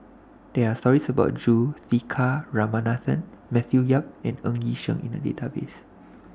There Are stories about Juthika Ramanathan Matthew Yap and Ng Yi Sheng in The Database